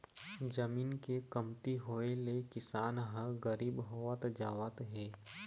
जमीन के कमती होए ले किसान ह गरीब होवत जावत हे